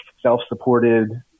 self-supported